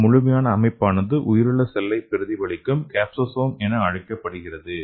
இந்த முழுமையான அமைப்பானது உயிருள்ள செல்லை பிரதிபலிக்கும் கேப்சோசோம் என அழைக்கப்படுகிறது